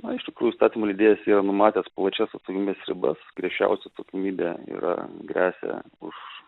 na iš tikrųjų įstatymų leidėjas yra numatęs plačias atsakomybės ribas griežčiausia atsakomybė yra gresia už